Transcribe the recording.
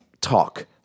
talk